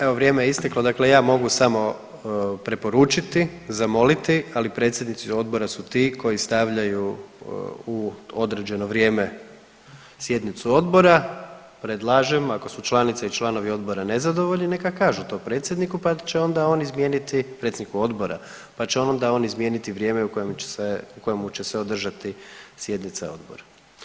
Evo vrijeme isteklo, dakle ja mogu samo preporučiti, zamoliti, ali predsjednici odbora su ti koji stavljaju u određeno vrijeme sjednicu odbora, predlažem ako su članice i članovi odbora nezadovoljni neka kažu to predsjedniku pa će onda on izmijeniti, predsjedniku odbora, pa će onda on izmijeniti vrijeme u kojemu će se održati sjednica odbora.